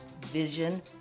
Vision